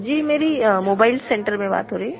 जी मेरी mobile centre में बात हो रही है